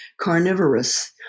carnivorous